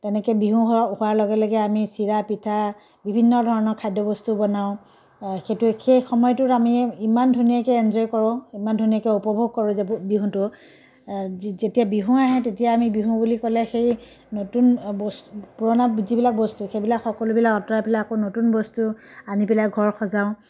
তেনেকৈ বিহু হো হোৱাৰ লগে লগে আমি চিৰা পিঠা বিভিন্ন ধৰণৰ খাদ্য বস্তু বনাওঁ সেইটো সেই সময়টোত আমি ইমান ধুনীয়াকৈ এনজয় কৰোঁ ইমান ধুনীয়াকৈ উপভোগ কৰোঁ যে বিহুটো যে যেতিয়া বিহু আহে তেতিয়া আমি বিহু বুলি ক'লে সেই নতুন বস্তু পুৰণা যিবিলাক বস্তু সেইবিলাক সকলোবিলাক আতৰাই পেলাই আকৌ নতুন বস্তু আনি পেলাই ঘৰ সজাওঁ